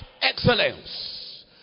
excellence